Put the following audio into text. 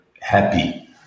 happy